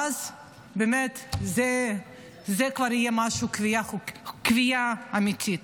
ואז באמת זו כבר תהיה קביעה אמיתית.